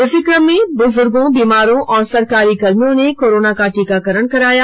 इस क्रम में बुजुर्गों बीमारों और सरकारी कर्मियों ने कोरोना का टीकाकरण कराया